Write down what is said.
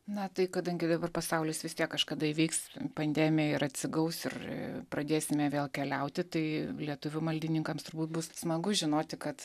na tai kadangi dabar pasaulis vis tiek kažkada įveiks pandemiją ir atsigaus ir pradėsime vėl keliauti tai lietuvių maldininkams turbūt bus smagu žinoti kad